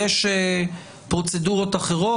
יש פרוצדורות אחרות?